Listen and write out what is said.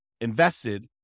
invested